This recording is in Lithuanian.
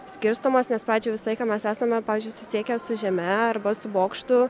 skirstomos nes pradžioj visą laiką mes esame pavyzdžiui susisiekę su žeme arba su bokštu